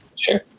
Sure